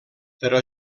però